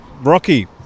Rocky